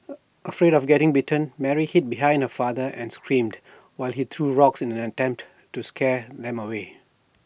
afraid of getting bitten Mary hid behind her father and screamed while he threw rocks in an attempt to scare them away